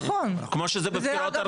כמו שזה בבחירות הארציות?